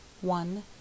One